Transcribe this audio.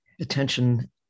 attention